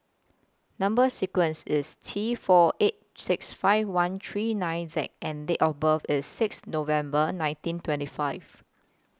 Number sequence IS T four eight six five one three nine Z and Date of birth IS six November nineteen twenty five